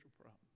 problem